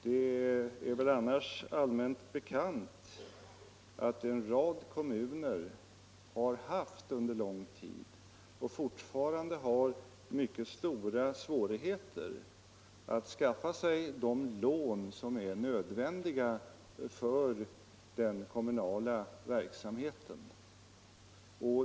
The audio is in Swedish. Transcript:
Det är väl annars allmänt bekant att en rad kommuner under lång tid har haft och fortfarande har mycket stora svårigheter att skaffa sig de lån som är nödvändiga för den kommunala verksamheten.